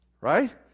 Right